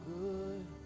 good